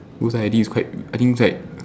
oh I think is quite I think it's like